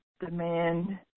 demand